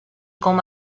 com